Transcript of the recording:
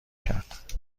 کرد